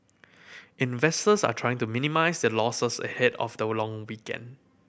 investors are trying to minimise their losses ahead of the long weekend